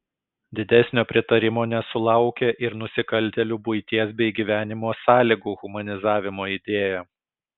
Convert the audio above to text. didesnio pritarimo nesulaukė ir nusikaltėlių buities bei gyvenimo sąlygų humanizavimo idėja